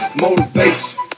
motivation